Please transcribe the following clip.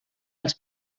els